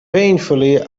painfully